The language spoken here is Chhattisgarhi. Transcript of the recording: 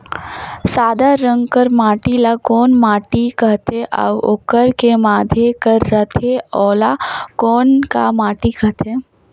सादा रंग कर माटी ला कौन माटी सकथे अउ ओकर के माधे कर रथे ओला कौन का नाव काथे?